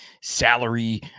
salary